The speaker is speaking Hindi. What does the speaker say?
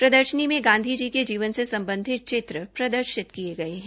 प्रदर्शनी में गांधी जी के जीवन से सम्बधित चित्र प्रदर्शित किय गये है